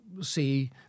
see